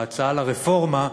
בהצעה לרפורמה,